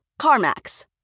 CarMax